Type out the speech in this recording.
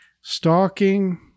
Stalking